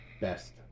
best